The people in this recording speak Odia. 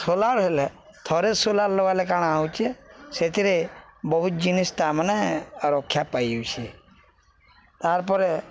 ସୋଲାର୍ ହେଲେ ଥରେ ସୋଲାର୍ ଲଗାଲେ କାଣା ହଉଚେ ସେଥିରେ ବହୁତ ଜିନିଷ ତା ମାନେ ରକ୍ଷା ପାଇଯାଉଛି ତାର୍ ପରେ